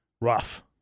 rough